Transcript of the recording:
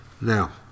Now